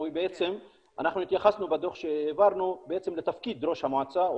אנחנו התייחסנו בדוח שהעברנו לתפקיד ראש המועצה או